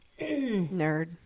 Nerd